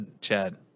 Chad